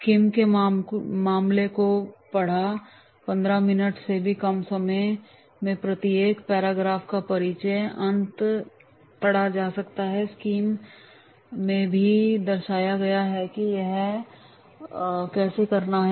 scheme ने मामले को पढ़ा पंद्रह मिनट से भी कम समय में प्रत्येक पैराग्राफ का परिचय और अंत पढ़ा जा सकता है और स्कीम में भी दर्शाया गया है कि यह कैसे करना है